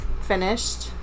finished